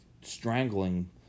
strangling